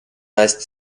meist